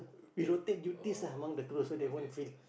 we rotate duties ah among the crew so they won't feel